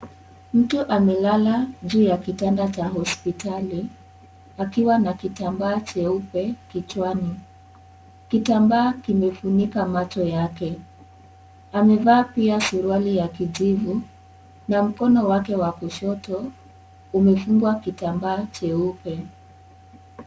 Mtu amelala juu ya kitanda cha hospitali, akiwa na kitambaa cheupe kichwani. Kitambaa kimefunika macho yake. Amevaa pia suruali ya kijivu na mkono wake wa kushoto, umefungwa kitambaa cheupe.